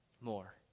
more